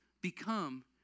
become